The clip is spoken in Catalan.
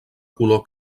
color